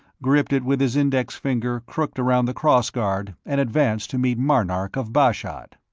gripped it with his index finger crooked around the cross-guard, and advanced to meet marnark of bashad.